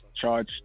charge